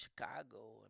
Chicago